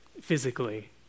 Physically